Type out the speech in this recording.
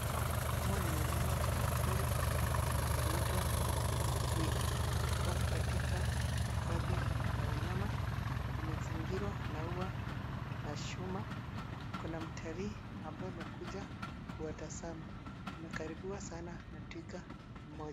Hawa ni wanyama wa pori, huitwa twiga. Wako katika hifadhi ya wanyama wamezingirwa na ua na chuma. Kuna mtalii ambaye amekuja kuwa tazama, amekaribiwa sana na twiga mmoja.